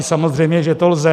Samozřejmě že to lze.